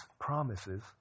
promises